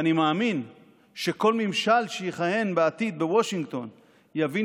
אני מאמין שכל ממשל שיכהן בעתיד בוושינגטון יבין